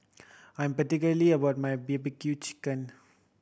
I am particular about my B B Q chicken